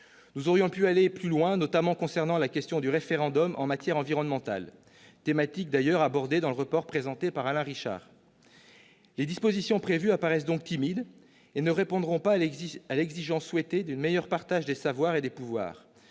Nous aurions pu aller plus loin, notamment concernant la question du référendum en matière environnementale- cette thématique est abordée dans le rapport présenté par Alain Richard. Les dispositions prévues paraissent donc timides et ne répondront pas à l'exigence souhaitée d'un meilleur partage des savoirs et des pouvoirs.